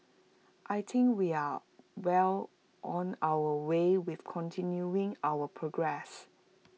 I think we are well on our way with continuing our progress